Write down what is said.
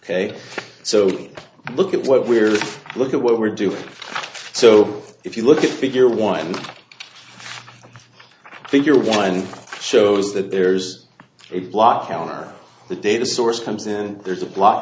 ok so look at what we're look at what we're doing so if you look at figure one figure one shows that there's a block on our the data source comes in and there's a block